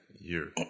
year